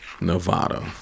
Nevada